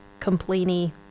complainy